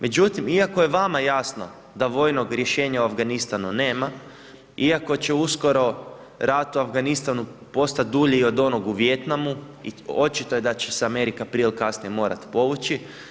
Međutim, iako je vama jasno da vojnog rješenja u Afganistanu nema, iako će uskoro ratu u Afganistanu postati dulji od onoga u Vijetnamu i očito je da će se Amerika, prije ili kasnije morati povući.